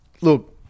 look